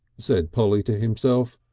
said polly to himself,